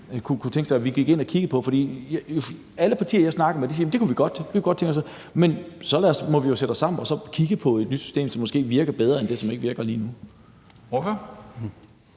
kunne tænke sig vi gik ind og kiggede på? Alle partier, jeg snakker med, siger, at det kunne de godt tænke sig, men så må vi jo sætte os sammen og få kigget på et nyt system, som måske virker bedre end det, som ikke virker lige nu.